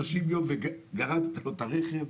וגררת לו את הרכב?